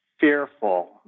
fearful